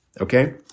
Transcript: Okay